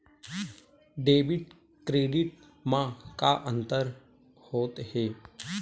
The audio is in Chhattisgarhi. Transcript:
डेबिट क्रेडिट मा का अंतर होत हे?